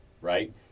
right